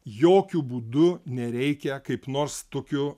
jokiu būdu nereikia kaip nors tokiu